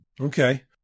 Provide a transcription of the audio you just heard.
Okay